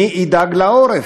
מי ידאג לעורף?